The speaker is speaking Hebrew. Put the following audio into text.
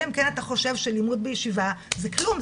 אלא אם כן אתה חושב שלימוד בישיבה זה כלום,